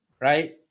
Right